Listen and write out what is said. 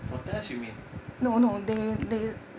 protest you mean